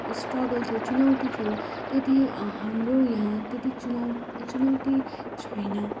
struggle थियो चुनौती थियो त्यति हाम्रो यहाँ त्यति चुनौ चुनौती छैन